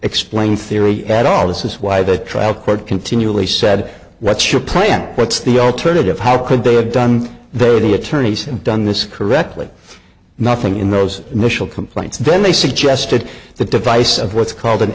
explained theory at all this is why the trial court continually said what's your plan what's the alternative how could they have done there the attorneys have done this correctly nothing in those initial complaints and then they suggested the device of what's called an